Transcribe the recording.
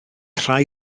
rhai